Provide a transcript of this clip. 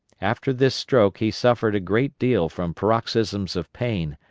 after this stroke he suffered a great deal from paroxysms of pain,